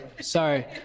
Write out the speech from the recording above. sorry